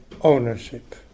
Ownership